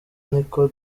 niko